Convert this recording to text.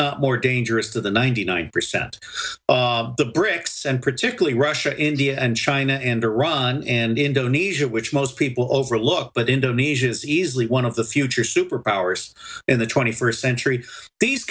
not more dangerous than ninety nine percent of the brics and particularly russia india and china and iran and indonesia which most people overlook but indonesia is easily one of the future superpowers in the twenty first century these